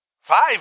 Five